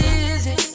easy